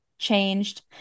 Changed